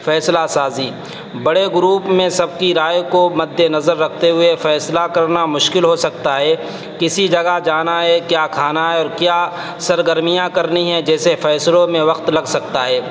فیصلہ سازی بڑے گروپ میں سب کی رائے کو مدِ نظر رکھتے ہوئے فیصلہ کرنا مشکل ہو سکتا ہے کسی جگہ جانا ہے کیا کھانا ہے اور کیا سرگرمیاں کرنی ہے جیسے فیصلوں میں وقت لگ سکتا ہے